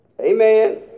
Amen